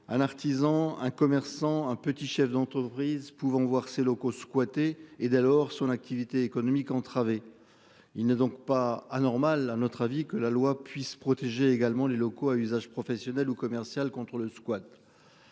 un artisan, un commerçant un petit chef d'entreprise pouvons voir ses locaux squattés et d'alors son activité économique entravé. Il n'a donc pas anormal à notre avis, que la loi puisse protéger également les locaux à usage professionnel ou commercial contre le squat.